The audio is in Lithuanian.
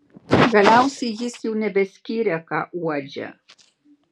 galiausiai jis jau nebeskyrė ką uodžia